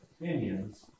opinions